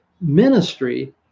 ministry